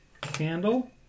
Candle